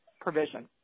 provision